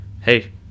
hey